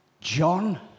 John